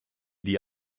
die